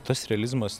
tas realizmas